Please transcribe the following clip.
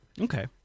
Okay